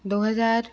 दो हज़ार